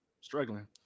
Struggling